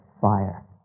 fire